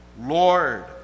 Lord